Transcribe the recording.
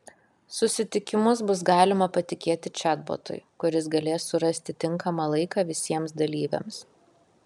susitikimus bus galima patikėti čatbotui kuris galės surasti tinkamą laiką visiems dalyviams